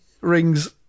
rings